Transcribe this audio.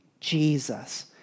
Jesus